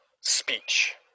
speech